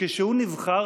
כשהוא נבחר